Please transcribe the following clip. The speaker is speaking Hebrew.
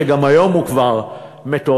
שגם היום הוא כבר מטורף,